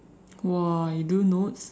!wah! you do notes